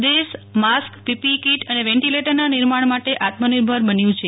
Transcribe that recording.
દેશ mask PPE kit અને વેન્ટીલેટરના નિર્માણ માટે આત્મનિર્ભર બન્યું છે